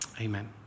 Amen